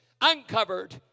uncovered